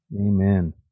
Amen